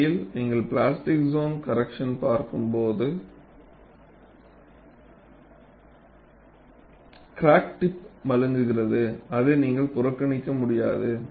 உண்மையில் நீங்கள் plastic zone correction பார்க்கும்போது கிராக் டிப் மழுங்குகிறது அதை நீங்கள் புறக்கணிக்க முடியாது